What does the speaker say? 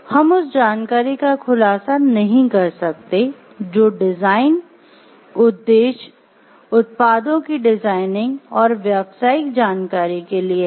हम उस जानकारी का खुलासा नहीं कर सकते जो डिजाइन उद्देश्य उत्पादों की डिजाइनिंग और व्यावसायिक जानकारी के लिए है